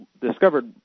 discovered